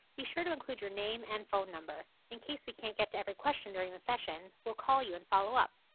be sure to include your name and phone number. in case we can't get to every question during the session, we'll call you and follow up.